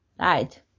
right